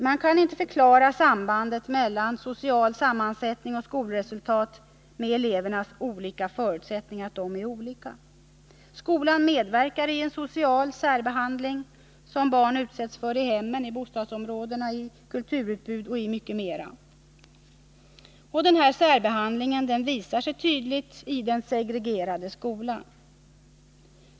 Man kan inte förklara sambandet mellan social sammansättning och skolresultat med att elevernas förutsättningar är olika. Skolan medverkar i en social särbehandling, som barn utsätts för i hemmen, i bostadsområdena, i kulturutbud och mycket mera. Denna särbehandling visar sig tydligt i den segregerade skolan.